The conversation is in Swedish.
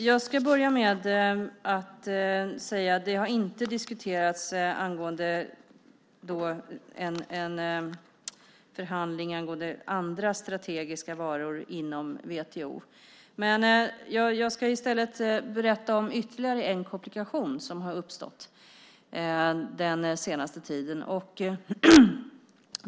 Herr talman! Det har inte diskuterats förhandlingar angående andra strategiska varor inom WTO. Jag ska i stället berätta om ytterligare en komplikation som har uppstått den senaste tiden.